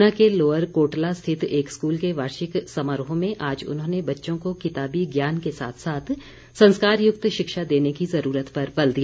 ऊना के लोअर कोटला स्थित एक स्कूल के वार्षिक समारोह में आज उन्होंने बच्चों को किताबी ज्ञान के साथ साथ संस्कारयुक्त शिक्षा देने की ज़रूरत पर बल दिया